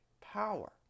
power